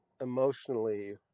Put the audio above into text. emotionally